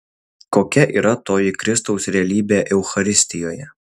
kokia yra toji kristaus realybė eucharistijoje